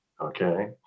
Okay